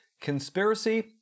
conspiracy